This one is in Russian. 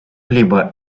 либо